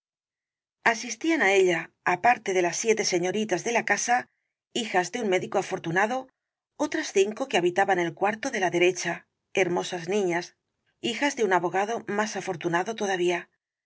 asistían á ella aparte de las siete señoritas de la casa hijas de un médico afortunado otras cinco que habitaban el cuarto de la derecha hermosas niñas hijas de un abogado más afortunado todavía